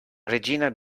regina